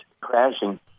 crashing